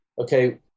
okay